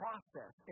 process